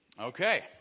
Okay